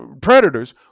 predators